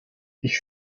ich